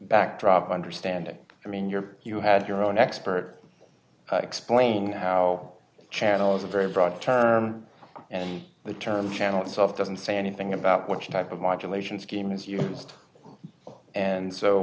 backdrop understanding i mean your you had your own expert explain how channel is a very broad term and the term channel itself doesn't say anything about what type of